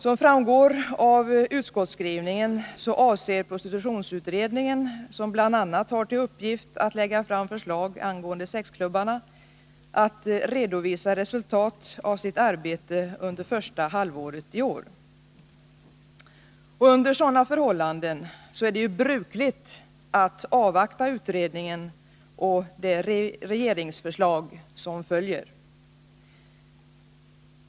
Som framgår av utskottsskrivningen avser prostitutionsutredningen, som bl.a. har till uppgift att lägga fram förslag angående sexklubbarna, att redovisa resultat av sitt arbete under första halvåret i år. Under sådana förhållanden är det brukligt att avvakta utredningen och de regeriugsförslag som följer.